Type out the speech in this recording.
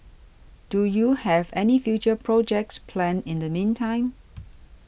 do you have any future projects planned in the meantime